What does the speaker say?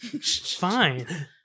Fine